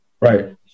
Right